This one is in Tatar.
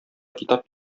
китап